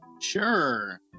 sure